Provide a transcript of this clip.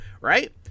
Right